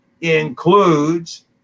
includes